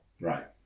Right